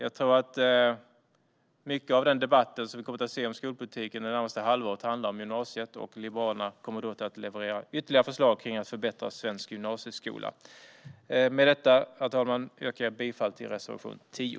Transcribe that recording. Det närmaste halvåret kommer mycket av debatten om skolpolitiken att handla om gymnasiet, och Liberalerna kommer att leverera ytterligare förslag för att förbättra svensk gymnasieskola. Herr talman! Jag yrkar bifall till reservation 10.